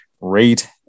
rate